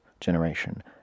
generation